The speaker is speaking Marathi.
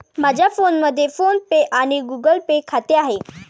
माझ्या फोनमध्ये फोन पे आणि गुगल पे खाते आहे